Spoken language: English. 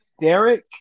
Derek